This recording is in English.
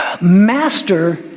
master